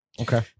Okay